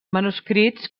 manuscrits